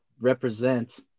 represent